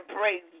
praise